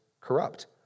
corrupt